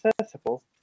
accessible